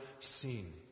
seen